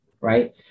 right